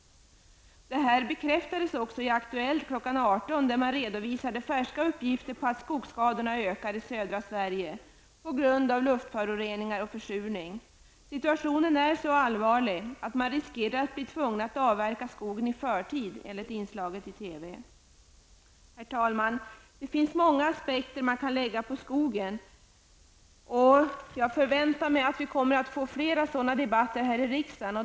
Detta bekräftades i Aktuellt kl. 18, där man redovisade färska uppgifter om att skogsskadorna i södra Sverige på grund av luftföroreningar och försurning. Situationen är så allvarlig att man riskerar att tvingas att avverka skogen i förtid, enligt inslaget i TV. Herr talman! Det finns många fler aspekter som man kan anlägga på skogen. Jag förväntar mig att vi får flera sådana debatter här i riksdagen.